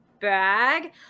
bag